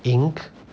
ink